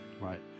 Right